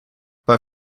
but